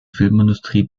filmindustrie